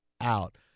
out